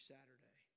Saturday